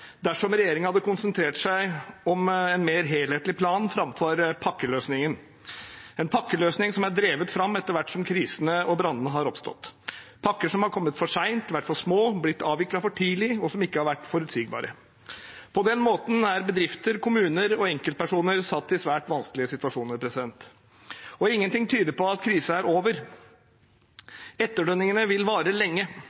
dersom regjeringen hadde konsentrert seg om en mer helhetlig plan framfor pakkeløsningen – en pakkeløsning som er drevet fram etter hvert som krisene og brannene har oppstått. Det er pakker som har kommet for sent, har vært for små, har blitt avviklet for tidlig, og som ikke har vært forutsigbare. På den måten er bedrifter, kommuner og enkeltpersoner satt i svært vanskelige situasjoner, og ingenting tyder på at krisen er over.